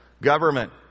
Government